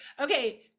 okay